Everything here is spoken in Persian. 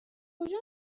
کجا